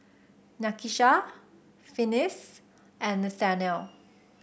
Nakisha Finis and Nathanial